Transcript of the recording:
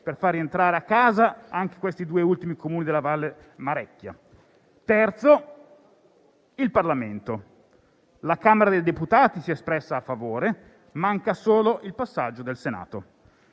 per far rientrare a casa anche questi due ultimi Comuni della Valmarecchia; il terzo riguarda il Parlamento: la Camera dei deputati si è espressa a favore, manca solo il passaggio del Senato.